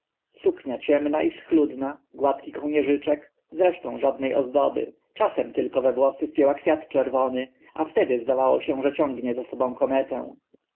suknia ciemna i schludna gładki kołnierzyczek zresztą żadne ozdoby czasem tylko we włosy wpięła kwiat czerwony a wtedy zdawało się że ciągnie za sobą kometę